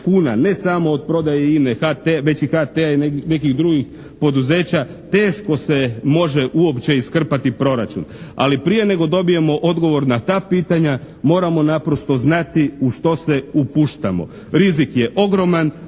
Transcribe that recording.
ne samo od prodaje INA, HT već i HT-a i nekih drugih poduzeća teško se može uopće iskrpati proračun. Ali prije nego dobijemo odgovor na ta pitanja moramo naprosto znati u što se upuštamo? Rizik je ogroman,